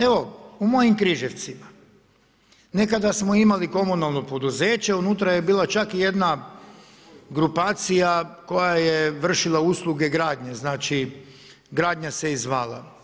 Evo, u mojim Križevcima, nekada smo imali komunalno poduzeće, unutra je bila čak i jedna grupacija, koja je vršila usluge gradnje, znači gradnja se i zvala.